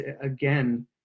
again